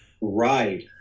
Right